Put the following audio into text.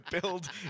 build